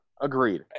Agreed